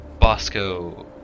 Bosco